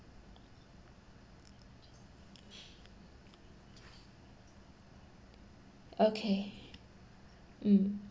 okay mm